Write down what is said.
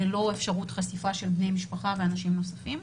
ללא אפשרות חשיפה של בני משפחה ואנשים נוספים,